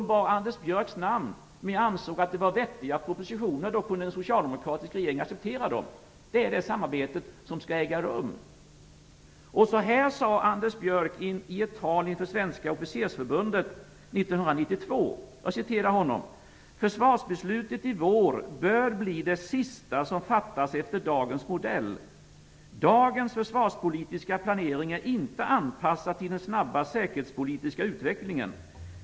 De bar Anders Björcks namn, men jag ansåg att det var vettiga propositioner, och då kunde en socialdemokratisk regering acceptera dem. Det är den sortens samarbete som skall äga rum. Så här sade Anders Björck i ett tal inför Svenska officersförbundet 1992: Försvarsbeslutet i vår bör bli det sista som fattas efter dagens modell. Dagens försvarspolitiska planering är inte anpassad till den snabba säkerhetspolitiska utvecklingen.